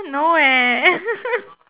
no eh